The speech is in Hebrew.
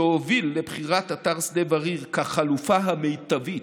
שהוביל לבחירת אתר שדה בריר כחלופה המיטבית,